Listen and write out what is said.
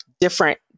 different